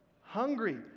hungry